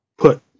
put